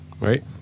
right